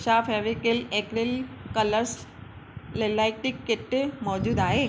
छा Fevicryl acrylic colours like kit मौजूदु आहे